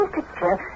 picture